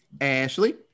Ashley